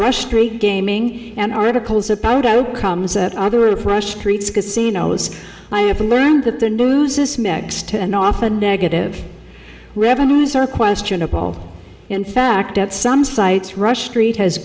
rush three gaming and articles about outcomes at other afresh treats casinos i have learned that the news is mixed and often negative revenues are questionable in fact at some sites rush treat has